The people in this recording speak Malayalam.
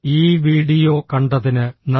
ഈ വീഡിയോ കണ്ടതിന്